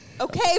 Okay